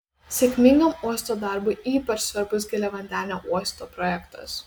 sėkmingam uosto darbui ypač svarbus giliavandenio uosto projektas